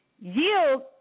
yield